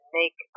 make